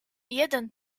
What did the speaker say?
jeden